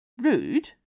Rude